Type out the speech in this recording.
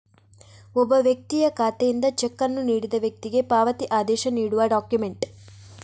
ಒಬ್ಬ ವ್ಯಕ್ತಿಯ ಖಾತೆಯಿಂದ ಚೆಕ್ ಅನ್ನು ನೀಡಿದ ವ್ಯಕ್ತಿಗೆ ಪಾವತಿ ಆದೇಶ ನೀಡುವ ಡಾಕ್ಯುಮೆಂಟ್